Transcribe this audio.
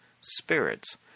spirits